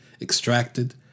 extracted